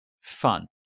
fun